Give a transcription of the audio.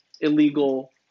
illegal